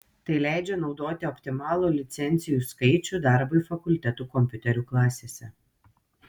tai leidžia naudoti optimalų licencijų skaičių darbui fakultetų kompiuterių klasėse